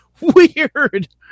Weird